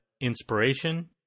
inspiration